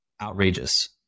outrageous